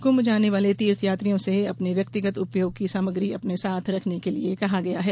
कुंभ जाने वाले तीर्थ यात्रियों से अपने व्यक्तिगत उपयोग की सामग्री अपने साथ रखने के लिये कहा गया है